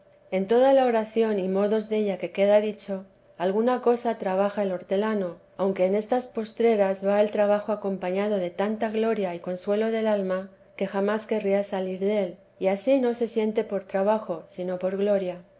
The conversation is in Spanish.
en toda la oración y modos della que queda dicho alguna cosa trabaja el hortelano aunque en estas postreras va el trabajo acompañado de tanta gloria y consuelo del alma que jamás querría salir del y ansí no se siente por trabajo sino por gloria